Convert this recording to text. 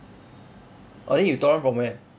oh then you torrent from where